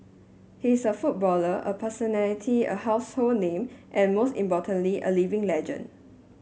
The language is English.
he is a footballer a personality a household name and most importantly a living legend